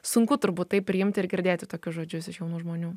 sunku turbūt tai priimti ir girdėti tokius žodžius iš jaunų žmonių